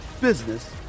business